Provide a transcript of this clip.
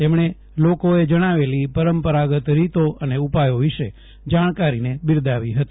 તેમફો લોકોએ જજ્ઞાવેલી પરંપરાગત રીતો અને ઉપાયો વિશે જાજ્ઞકારીને બિરદાવી હતી